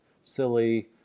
silly